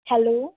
hello